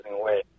away